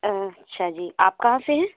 अच्छा जी आप कहाँ से है